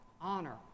Honor